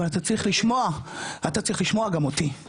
אבל אתה צריך לשמוע גם אותי,